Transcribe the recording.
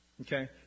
Okay